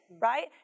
right